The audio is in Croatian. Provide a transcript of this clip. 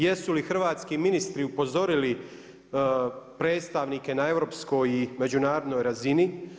Jesu li hrvatski ministri upozorili predstavnike na europskoj međunarodnoj razini?